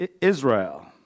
Israel